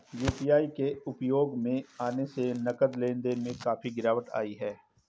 UPI के उपयोग में आने से नगद लेन देन में काफी गिरावट आई हैं